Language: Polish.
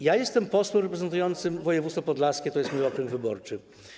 Jestem posłem reprezentującym województwo podlaskie, to jest mój okręg wyborczy.